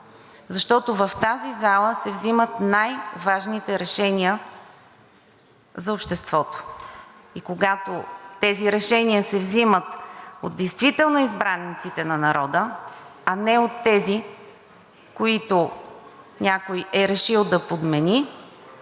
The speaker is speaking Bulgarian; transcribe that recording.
Защото в тази зала се взимат най-важните решения за обществото и когато тези решения се взимат от действително избраниците на народа, а не от тези, които някой е решил да подмени,